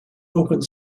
opened